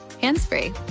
hands-free